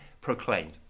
proclaimed